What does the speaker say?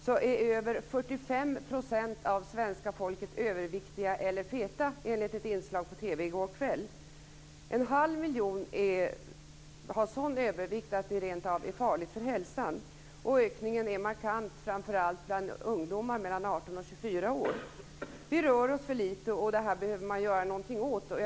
Herr talman! Jag vill ställa en fråga till statsrådet Karolinska institutet, i ett inslag på TV i går kväll är över 45 % av svenskarna överviktiga eller feta. En halv miljon har en övervikt som rent av är farlig för hälsan. Ökningen är framför allt markant bland ungdomar i åldern 18-24 år. Vi rör oss för litet, och det behöver göras någonting åt detta.